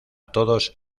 todos